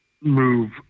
move